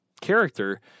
character